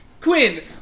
Quinn